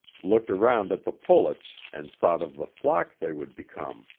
looked around at the pullets and thought of the flock they would become.